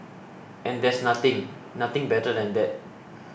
and there's nothing nothing better than that